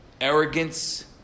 arrogance